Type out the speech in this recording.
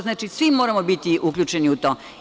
Znači, svi moramo biti uključeni u to.